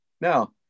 Now